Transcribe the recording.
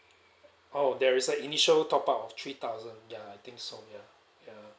oh there is a initial top up of three thousand ya I think so ya ya